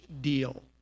deal